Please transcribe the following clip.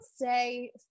say